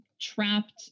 trapped